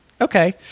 Okay